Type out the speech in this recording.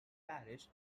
parish